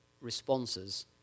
responses